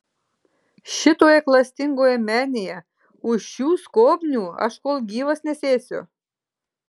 šitoje klastingoje menėje už šių skobnių aš kol gyvas nesėsiu